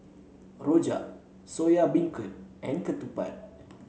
Rojak Soya Beancurd and Ketupat